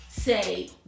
say